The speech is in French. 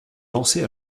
lancer